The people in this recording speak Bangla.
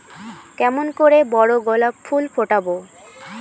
কেমন করে বড় গোলাপ ফুল ফোটাব?